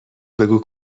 بگو